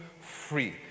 free